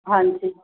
ਹਾਂਜੀ